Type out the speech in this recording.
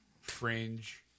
Fringe